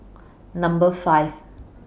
Number five